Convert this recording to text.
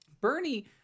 bernie